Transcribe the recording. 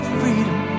freedom